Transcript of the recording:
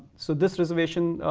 so this reservation,